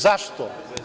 Zašto?